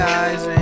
eyes